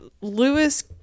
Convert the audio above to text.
Lewis